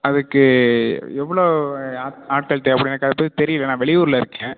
அதுக்கு எவ்வளோ ஆட் ஆட்கள் தேவைப்படும் எனக்கு அதை பற்றி தெரில நான் வெளியூரில் இருக்கேன்